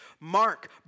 Mark